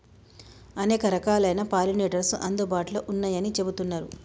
అనేక రకాలైన పాలినేటర్స్ అందుబాటులో ఉన్నయ్యని చెబుతున్నరు